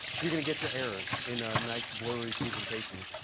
you're going to get your errors in a nice blurry presentation.